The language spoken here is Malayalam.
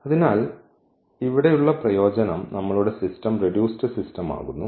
അതിനാൽ ഇവിടെ ഉള്ള പ്രയോജനം നമ്മളുടെ സിസ്റ്റം റെഡ്യൂസ്ഡ് സിസ്റ്റം ആകുന്നു